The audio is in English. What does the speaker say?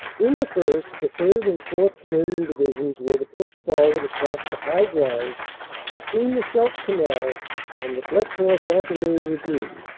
in the first, the third. and fourth. canadian divisions were to push for ward across the high ground between the scheidt canal and the blecourt bantigny ravine,